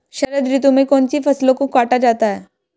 शरद ऋतु में कौन सी फसलों को काटा जाता है?